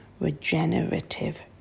regenerative